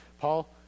Paul